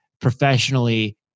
professionally